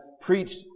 preached